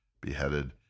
beheaded